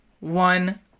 One